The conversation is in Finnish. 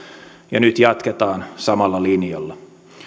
ja nyt jatketaan samalla linjalla